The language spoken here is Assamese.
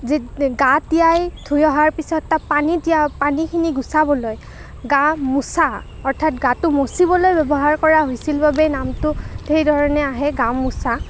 গা তিয়াই ধুই অহাৰ পিছত পানী দিয়া পানীখিনি গুচাবলৈ গা মুচা অৰ্থাত গাটো মুচিবলৈ ব্য়ৱহাৰ কৰা হৈছিল বাবেই নামটো সেইধৰণেই আহে গামোচা